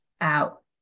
out